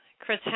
chris